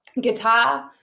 guitar